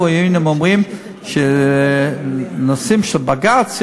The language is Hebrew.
אם אנחנו היינו אומרים שנושאים של בג"ץ,